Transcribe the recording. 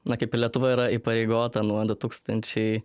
na kaip ir lietuva yra įpareigota nuo du tūkstančiai